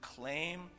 claim